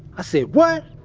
i said, what?